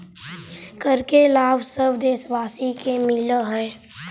कर के लाभ सब देशवासी के मिलऽ हइ